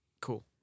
Cool